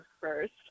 first